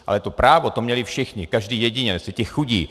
Ale to právo, to měli všichni, každý jedinec, i ti chudí.